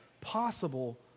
possible